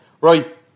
Right